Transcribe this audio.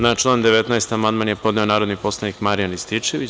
Na član 19. amandman je podneo narodni poslanik Marijan Rističević.